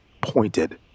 pointed